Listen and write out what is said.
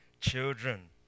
children